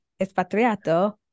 Espatriato